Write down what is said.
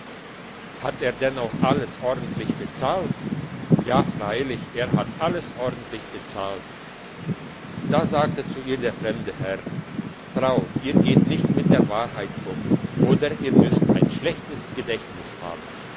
hat er denn auch alles ordentlich bezahlt ja freilich er hat alles ordentlich bezahlt da sagte zu ihr der fremde herr frau ihr geht nicht mit der wahrheit um oder ihr müsst ein schlechtes gedächtnis haben